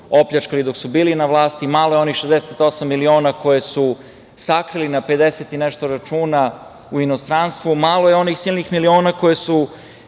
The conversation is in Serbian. opljačkali dok su bili na vlasti, malo je onih 68 miliona koje su sakrili na 50 i nešto računa u inostranstvu, malo je onih silnih miliona koje su